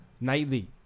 nightly